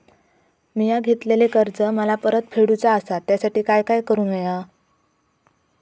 मिया घेतलेले कर्ज मला परत फेडूचा असा त्यासाठी काय काय करून होया?